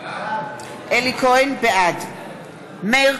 נגד יעל כהן-פארן,